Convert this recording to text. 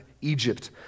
Egypt